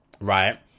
right